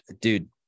Dude